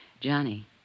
Johnny